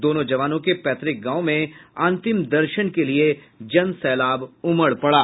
दोनों जवानों के पैतृक गांव में अंतिम दर्शन के लिए जनसैलाब उमड़ पड़ा